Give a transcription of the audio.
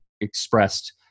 expressed